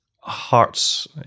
Hearts